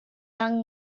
yng